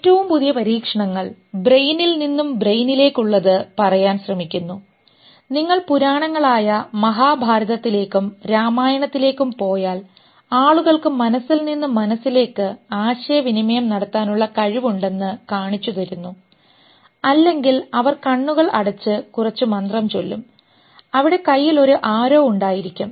ഏറ്റവും പുതിയ പരീക്ഷണങ്ങൾ ബ്രെയിനിൽ നിന്നും ബ്രെയിനിലേക്ക് ഉള്ളത് പറയാൻ ശ്രമിക്കുന്നു നിങ്ങൾ പുരാണങ്ങളായ മഹാഭാരതത്തിലേക്കും രാമായണത്തിലേക്കും പോയാൽ ആളുകൾക്ക് മനസ്സിൽ നിന്ന് മനസ്സിലേക്ക് ആശയവിനിമയം നടത്താനുള്ള കഴിവുണ്ടെന്ന് കാണിച്ചുതന്നു അല്ലെങ്കിൽ അവർ കണ്ണുകൾ അടച്ച് കുറച്ച് മന്ത്രം ചൊല്ലും അവിടെ കയ്യിൽ ഒരു ആരോ ഉണ്ടായിരിക്കും